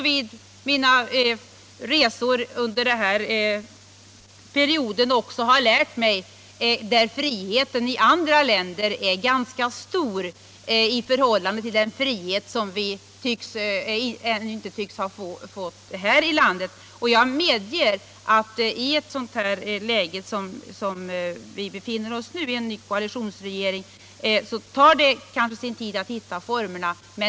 Vid mina resor under den här perioden har jag lärt mig att friheten härvidlag är ganska stor i andra länder jämfört med vad den ännu är i Sverige. I det läge vi befinner oss — med en ny koalitionsregering — tar det litet tid att hitta formerna.